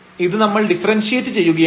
ഇത് നമ്മൾ ഡിഫറൻഷിയേറ്റ് ചെയ്യുകയാണ്